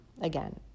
Again